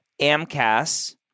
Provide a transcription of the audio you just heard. AMCAS